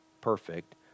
perfect